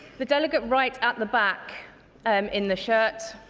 the delegate right at the back um in the shirt.